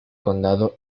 condado